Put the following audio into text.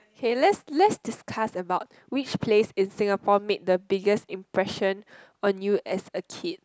kay let's let's discuss about which place in Singapore made the biggest impression on you as a kid